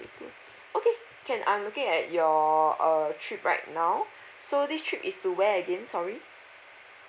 two okay can I'm looking at your err trip right now so this trip is to where again sorry